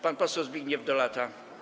Pan poseł Zbigniew Dolata.